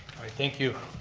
thank you.